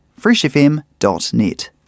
freshfm.net